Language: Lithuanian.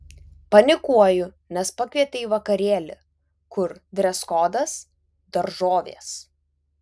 panikuoju nes pakvietė į vakarėlį kur dreskodas daržovės